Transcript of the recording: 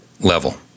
level